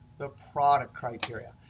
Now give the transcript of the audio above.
the product criteria.